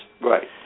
Right